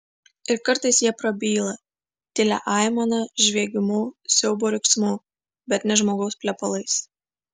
ir kartais jie prabyla tylia aimana žviegimu siaubo riksmu bet ne žmogaus plepalais